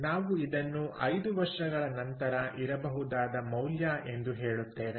ನಾವು ಇದನ್ನು 5 ವರ್ಷಗಳ ನಂತರ ಇರಬಹುದಾದ ಮೌಲ್ಯ ಎಂದು ಹೇಳುತ್ತೇವೆ